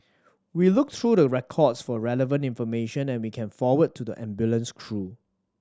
we look through the records for relevant information that we can forward to the ambulance crew